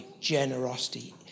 generosity